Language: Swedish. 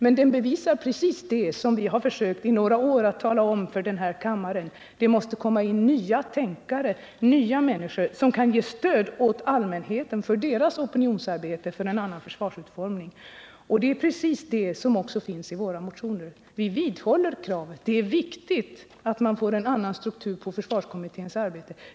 Boken bevisar precis det som vi försökt i några år att tala om för kammaren: Det måste komma in nya tänkare, nya människor som kan ge stöd åt allmänheten i dess opinionsarbete för en annan försvarsutformning. Det är precis det som också finns i våra motioner. Vi vidhåller alltså kravet: Det är viktigt att man får en annan struktur på försvarskommitténs arbete.